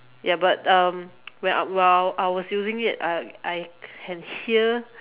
ya but um when I while I was using it uh I can hear